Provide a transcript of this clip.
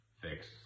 fix